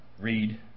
read